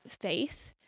faith